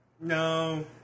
No